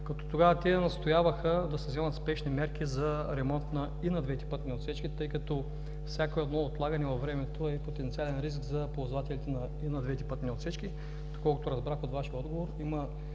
Тогава те настояваха да се вземат спешни мерки за ремонт и на двете пътни отсечки, тъй като всяко едно отлагане във времето е потенциален риск за ползвателите и на двете пътни отсечки. Доколкото разбрах от Вашия отговор, има